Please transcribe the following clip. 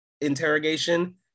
interrogation